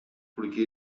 porque